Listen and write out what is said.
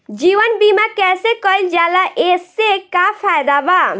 जीवन बीमा कैसे कईल जाला एसे का फायदा बा?